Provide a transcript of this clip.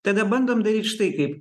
tada bandom daryt štai kaip